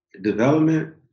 Development